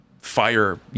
fire